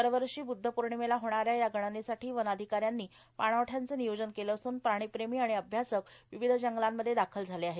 दरवर्षी ब्ध्द पोर्णिमेला होणा या या गणनेसाठी वनाधिका यांनी पाणवठयांचे नियोजन केले असून प्राणी प्रेमी आणि अभ्यासक विविध जंगलांमध्ये दाखल झाले आहेत